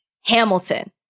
Hamilton